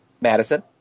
madison